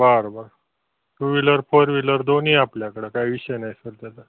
बरं बरं two wheeler four wheeler दोन्हीही आहे आपल्याकडं काय विषय नाही सर त्याचा